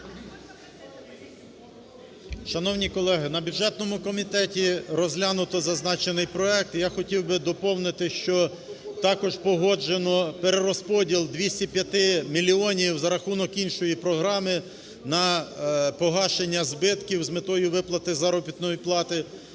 Шановні колеги, на бюджетному комітеті розглянуто зазначений проект. Я хотів би доповнити, що також погоджено перерозподіл 205 мільйонів за рахунок іншої програми на погашення збитків з метою виплати заробітної плати.